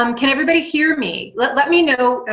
um can everybody hear me? let let me know.